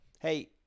hey